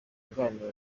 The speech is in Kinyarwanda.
wunganira